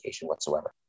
whatsoever